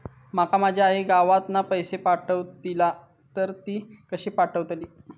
माका माझी आई गावातना पैसे पाठवतीला तर ती कशी पाठवतली?